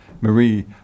Marie